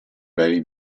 bei